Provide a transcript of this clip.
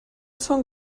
són